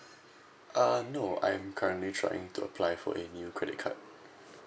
uh no I'm currently trying to apply for a new credit card